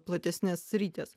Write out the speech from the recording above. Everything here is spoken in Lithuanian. platesnes sritis